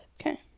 Okay